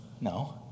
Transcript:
No